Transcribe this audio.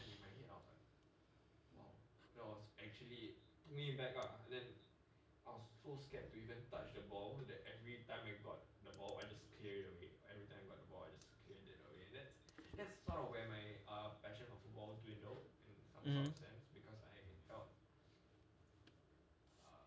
mmhmm